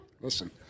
Listen